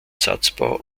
satzbau